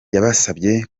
yabasabye